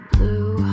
Blue